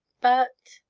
but?